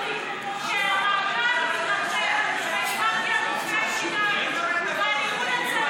אתם מדברים ביניכם ולא מקשיבים,